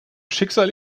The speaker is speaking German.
schicksal